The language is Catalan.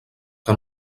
que